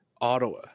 Ottawa